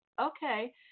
Okay